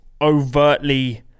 overtly